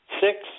six